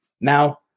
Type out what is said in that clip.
Now